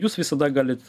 jūs visada galit